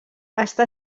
està